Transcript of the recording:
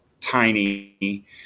tiny